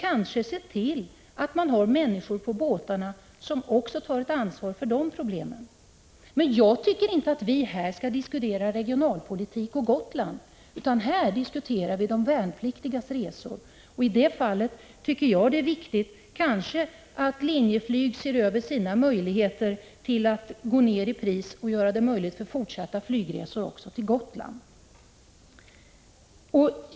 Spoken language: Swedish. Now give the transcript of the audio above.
Kanske måste man se till att det finns personal på båtarna som också tar ett ansvar när det gäller dessa problem. Jag tycker inte att vi i detta sammanhang skall diskutera gotländsk regionalpolitik, utan här skall vi diskutera de värnpliktigas resor. I det fallet tycker jag nog att det är viktigt att Linjeflyg ser över sina möjligheter att gå nedi pris och att fortsätta med flygresor för de värnpliktiga även till Gotland.